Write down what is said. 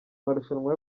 marushanwa